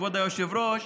כבוד היושב-ראש,